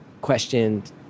questioned